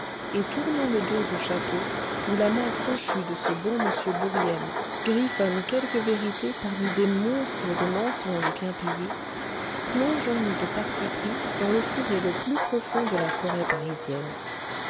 et tournant le dos au château où la main crochue de ce bon m bourrienne griffonne quelques vérités parmi des monceaux de mensonges bien payés plongeons nous de parti pris dans le fourré le plus profond de la forêt parisienne